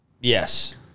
Yes